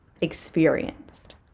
experienced